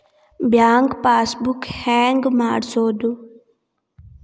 Bank passbook ಹೆಂಗ್ ಮಾಡ್ಸೋದು?